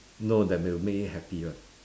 no that will make you happy [one]